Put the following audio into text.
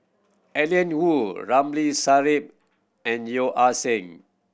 Alan Oei Ramli Sarip and Yeo Ah Seng